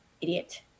idiot